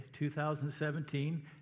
2017